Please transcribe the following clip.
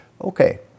Okay